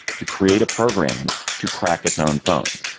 to create a program to crack its own phones?